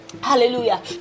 hallelujah